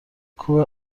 کوه